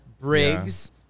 Briggs